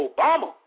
Obama